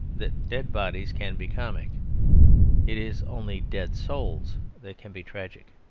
that dead bodies can be comic it is only dead souls that can be tragic.